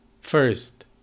First